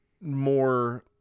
more